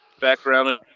background